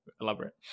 elaborate